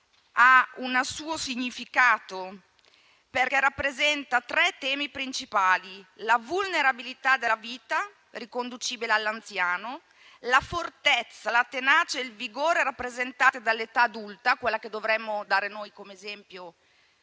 ha un suo significato perché rappresenta tre temi principali: la vulnerabilità della vita, riconducibile all'anziano; la fortezza, la tenacia e il vigore rappresentate dall'età adulta (virtù delle quali dovremmo dare esempio